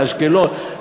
באשקלון,